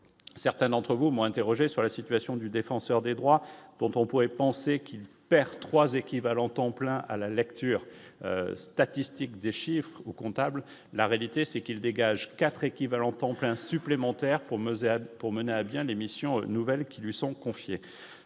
certains d'entre vous, moi, interrogé sur la situation du défenseur des droits, dont on pouvait penser qu'il perd 3 équivalents temps plein à la lecture statistique des chiffres ou comptable, la réalité c'est qu'il dégage 4 équivalents temps plein supplémentaires pour me Z pour mener à bien les missions nouvelles qui lui sont confiés,